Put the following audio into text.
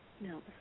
No